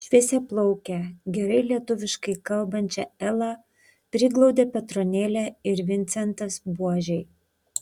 šviesiaplaukę gerai lietuviškai kalbančią elą priglaudė petronėlė ir vincentas buožiai